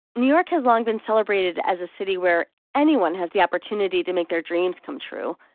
new york has long been celebrated as a city where anyone has the opportunity to make their dreams come true.